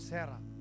Sarah